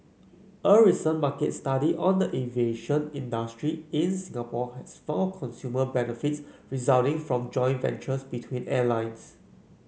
a recent market study on the aviation industry in Singapore has found consumer benefits resulting from joint ventures between airlines